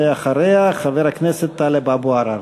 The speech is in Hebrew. ואחריה, חבר הכנסת טלב אבו עראר.